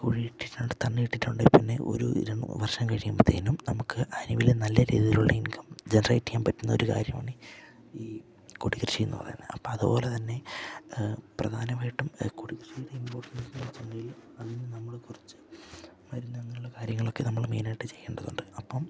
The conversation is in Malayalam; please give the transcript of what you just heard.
കുഴി ഇട്ടിട്ടുണ്ട് തണ്ട് ഇട്ടിട്ടുണ്ടെങ്കിൽ പിന്നെ ഒരു വർഷം കഴിയുമ്പോഴത്തേക്കും നമുക്ക് ആരെങ്കിലും നല്ല രീതിയിലുള്ള ഇൻകം ജനറേറ്റ് ചെയ്യാൻ പറ്റുന്ന ഒരു കാര്യമാണ് ഈ കൊടി കൃഷി എന്ന് പറയുന്നത് അപ്പം അതുപോലെ തന്നെ പ്രധാനമായിട്ടും കൊടി കൃഷിയുടെ ഇമ്പോർട്ടൻസ് എന്ന് വച്ചിട്ടുണ്ടെങ്കിൽ അതിന് നമ്മൾ കുറച്ചു മരുന്ന് അങ്ങനെയുള്ള കാര്യങ്ങളൊക്കെ നമ്മൾ മെയിനായിട്ട് ചെയ്യേണ്ടതുണ്ട് അപ്പം